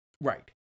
Right